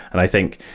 and i think,